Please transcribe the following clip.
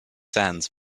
sands